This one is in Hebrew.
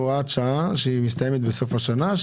הוראת שעה שמסתיימת בסוף השנה,